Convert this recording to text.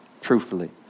Truthfully